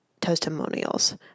testimonials